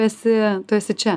esi tu esi čia